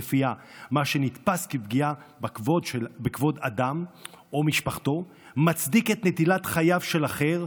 שלפיה מה שנתפס כפגיעה בכבוד אדם ומשפחתו מצדיק את נטילת חייו של אחר,